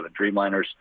Dreamliners